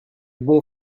bon